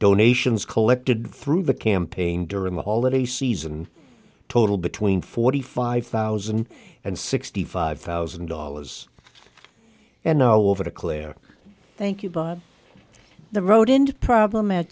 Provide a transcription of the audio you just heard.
donations collected through the campaign during the holiday season total between forty five thousand and sixty five thousand dollars and now over to clare thank you bob the road into problem at